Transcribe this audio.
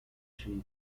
chief